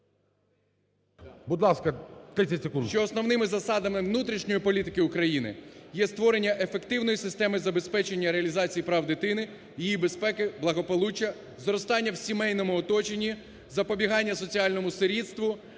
Будь ласка, 30 секунд.